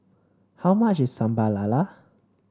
how much is Sambal Lala